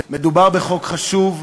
מדובר בחוק חשוב,